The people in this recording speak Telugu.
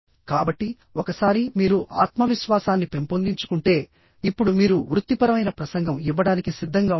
కాబట్టిఒకసారి మీరు ఆత్మవిశ్వాసాన్ని పెంపొందించుకుంటేఇప్పుడు మీరు వృత్తిపరమైన ప్రసంగం ఇవ్వడానికి సిద్ధంగా ఉంటారు